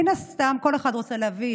מן הסתם כל אחד רוצה להביא